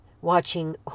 watching